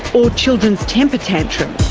or children's temper tantrums.